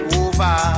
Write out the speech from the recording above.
over